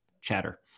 chatter